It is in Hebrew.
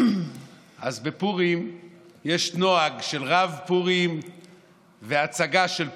אז בפורים יש נוהג של רב פורים והצגה של פורים.